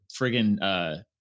friggin